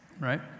right